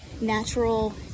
natural